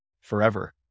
forever